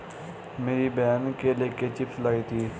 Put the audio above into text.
मेरी बहन केले के चिप्स लाई थी